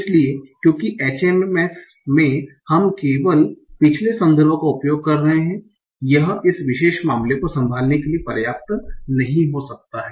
इसलिए क्योंकि HMMs में हम केवल पिछले संदर्भ का उपयोग कर रहे हैं यह इस विशेष मामले को संभालने के लिए पर्याप्त नहीं हो सकता है